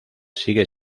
sigue